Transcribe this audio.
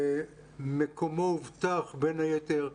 שמקומו הובטח בין היתר,